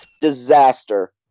disaster